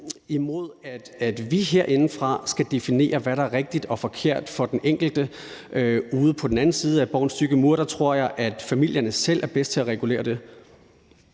imod, at vi herindefra skal definere, hvad der er rigtigt og forkert for den enkelte. Ude på den anden side af Borgens tykke mure tror jeg familierne selv er bedst til at regulere det.